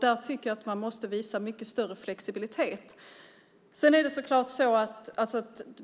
Jag tycker att man måste visa mycket större flexibilitet.